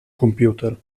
computer